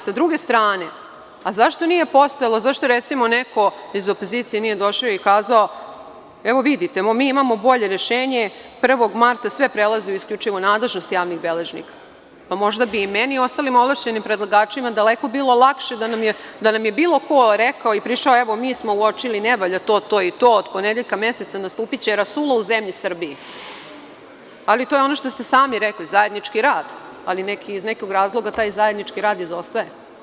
Sa druge strane, zašto nije postojalo, zašto nije neko iz opozicije došao i kazao, evo vidite, mi imamo bolje rešenje, 1. marta sve prelazi isključivo u nadležnost javnih beležnika, pa možda bi i meni i ostalim ovlašćenim predlagačima, daleko bilo lakše da nam je bilo ko rekao i prišao, evo, ne valja to i to, od ponedeljka, meseca, nastupiće rasulo u zemlji Srbiji, ali to je ono što ste sami rekli, zajednički rad, ali iz nekog razloga, taj zajednički rad izostaje.